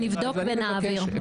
נבדוק ונעביר.